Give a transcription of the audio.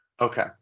Okay